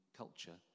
culture